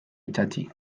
itsatsi